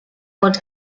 what